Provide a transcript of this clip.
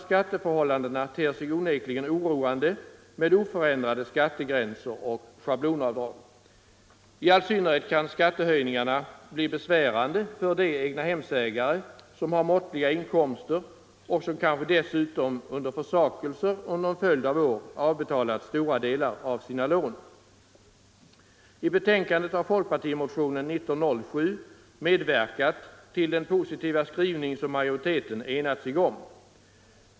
Skatteförhållandena ter sig onekligen oroande med oförändrade skattegränser och schablonavdrag. I all synnerhet kan skattehöjningarna bli besvärande för de egnahemsägare som har måttliga inkomster och som kanske dessutom under försakelser i en följd av år avbetalat stora delar av sina lån. Folkpartimotionen 1907 har medverkat till den positiva skrivning i betänkandet som majoriteten enat sig om.